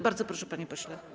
Bardzo proszę, panie pośle.